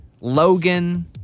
Logan